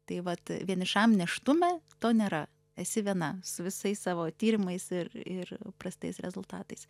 tai vat a vienišam nėštume to nėra esi viena su visais savo tyrimais ir ir prastais rezultatais